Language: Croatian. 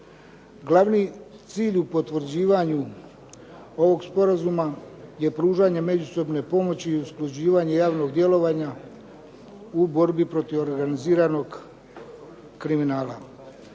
Glavni cilj u potvrđivanju ovog sporazuma je pružanje međusobne pomoći i usklađivanje javnog djelovanja u borbi protiv organiziranog kriminala.